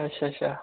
अच्छा अच्छा